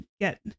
get